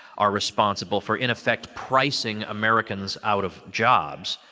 are responsible for, in effect, pricing americans out of jobs,